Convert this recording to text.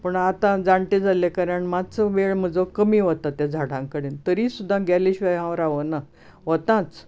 पूण आता जाणटें जाल्या कारणान मातसो म्हजो वेळ कमी वता झाडां कडेन तरी सुद्दां हांव गेल्या शिवाय रावना वतांच